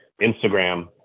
Instagram